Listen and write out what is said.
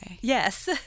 Yes